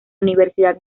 universidad